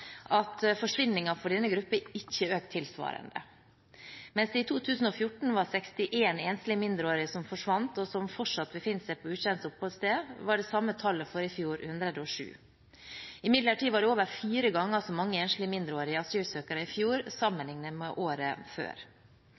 at forsvinningen for denne gruppen ikke har økt tilsvarende. Mens det i 2014 var 61 enslige mindreårige som forsvant, og som fortsatt befinner seg på ukjent oppholdssted, var det samme tallet for i fjor 107. Imidlertid var det over fire ganger så mange enslige mindreårige asylsøkere i fjor sammenliknet med året før.